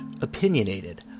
opinionated